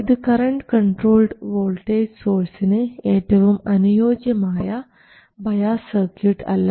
ഇത് current controlled voltage സോഴ്സിന് ഏറ്റവും അനുയോജ്യമായ ബയാസ് സർക്യൂട്ട് അല്ല